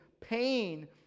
pain